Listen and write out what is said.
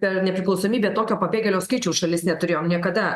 per nepriklausomybę tokio pabėgėlio skaičiaus šalis neturėjom niekada